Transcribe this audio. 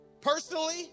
personally